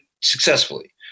successfully